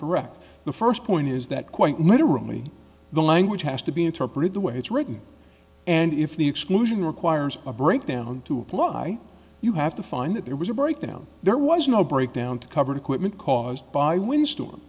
correct the first point is that quite literally the language has to be interpreted the way it's written and if the exclusion requires a breakdown to apply you have to find that there was a breakdown there was no breakdown to covered equipment caused by winsto